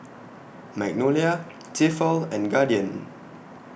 Magnolia Tefal and Guardian